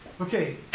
Okay